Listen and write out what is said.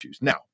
Now